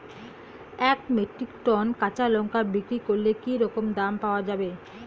এক metric ton কাঁচা লঙ্কা বিক্রি করলে কি রকম দাম পাওয়া যাবে?